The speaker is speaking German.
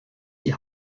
die